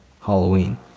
Halloween